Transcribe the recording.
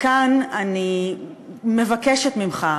וכאן אני מבקשת ממך,